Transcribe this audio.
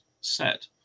set